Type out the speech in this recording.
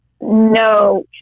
no